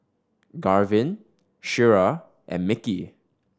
Garvin Shira and Micky